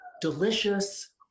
delicious